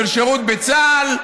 של שירות בצה"ל?